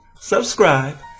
subscribe